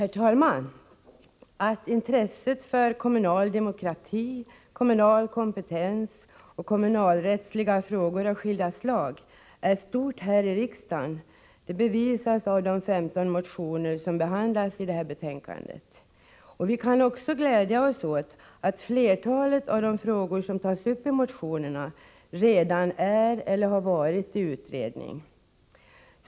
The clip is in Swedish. Herr talman! Att intresset för kommunal demokrati, kommunal kompetens och kommunalrättsliga frågor av skilda slag är stort här i riksdagen bevisas av de 15 motioner som behandlas i det här betänkandet. Vi kan också glädja oss åt att flertalet av de frågor som tas upp i motionerna redan är eller har varit föremål för utredning.